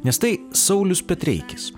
nes tai saulius petreikis